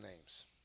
names